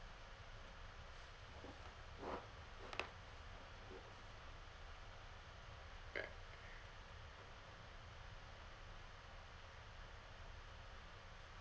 mm